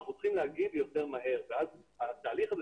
אנחנו צריכים להגיב יותר מהר ואז התהליך של